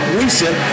recent